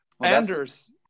Anders